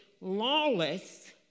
lawless